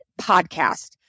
podcast